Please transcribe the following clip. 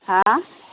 হাঁ